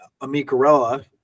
Amicarella